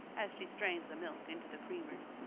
as she strained the milk into the creamers.